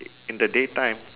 i~ in the day time